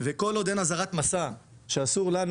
וכל עוד אין אזהרת מסע שאסור לנו,